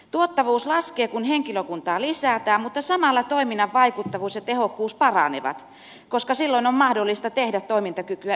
tuottavuus laskee kun henkilökuntaa lisätään mutta samalla toiminnan vaikuttavuus ja tehokkuus paranevat koska silloin on mahdollista tehdä toimintakykyä ylläpitävää toimintaa